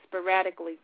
sporadically